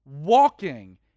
walking